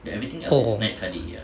oh oh